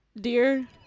Dear